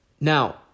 Now